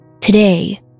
Today